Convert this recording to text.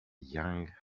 young